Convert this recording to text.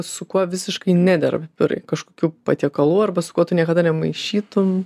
su kuo visiškai nedera pipirai kažkokių patiekalų arba su kuo tu niekada nemaišytum